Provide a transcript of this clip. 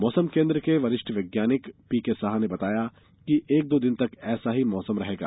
मौसम केन्द्र भोपाल के वरिष्ठ वैज्ञानिक पीके साहा ने बताया कि एक दो दिन तक ऐसा ही मौसम रहेगा